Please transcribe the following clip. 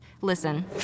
Listen